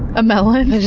a melon?